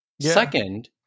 Second